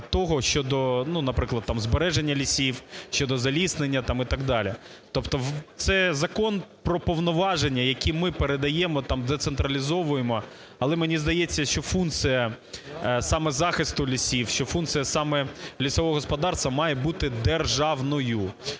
того щодо, наприклад, там збереження лісів, щодо заліснення там і так далі. Тобто це закон про повноваження, які ми передаємо там, децентралізовуємо, але мені здається, що функція саме захисту лісів, що функція саме лісового господарства має бути державною.